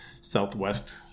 southwest